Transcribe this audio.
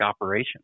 operation